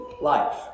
life